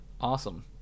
awesome